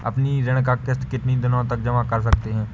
अपनी ऋण का किश्त कितनी दिनों तक जमा कर सकते हैं?